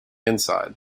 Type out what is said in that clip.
inside